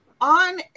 on